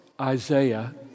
Isaiah